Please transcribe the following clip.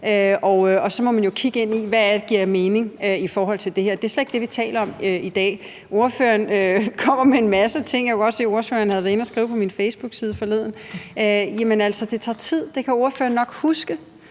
og så må man jo kigge ind i, hvad det er, der giver mening i forhold til det her. Det er slet ikke det, vi taler om i dag. Ordføreren kommer med en masse ting, og jeg kunne også se, at ordføreren havde været inde at skrive på min facebookside forleden, men det tager tid. Det kan ordføreren nok huske;